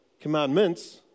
commandments